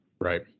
Right